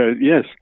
yes